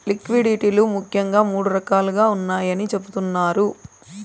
liquidity లు ముఖ్యంగా మూడు రకాలుగా ఉన్నాయని చెబుతున్నారు